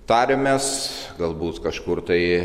tariamės galbūt kažkur tai